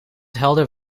helder